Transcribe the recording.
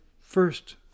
first